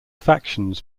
factions